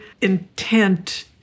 intent